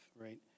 right